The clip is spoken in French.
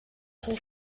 son